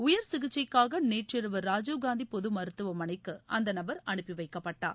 உயர் சிகிச்சைக்காகநேற்றிரவு ராஜீவ்காந்திபொதுமருத்துவமனைக்குஅந்தநபர் அனுப்பிவைக்கப்பட்டார்